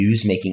newsmaking